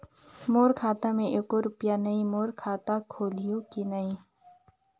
मोर खाता मे एको रुपिया नइ, मोर खाता खोलिहो की नहीं?